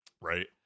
right